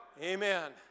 Amen